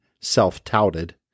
self-touted